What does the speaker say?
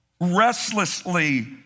restlessly